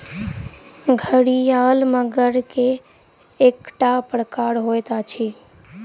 घड़ियाल मगर के एकटा प्रकार होइत अछि